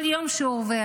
כל יום שעובר,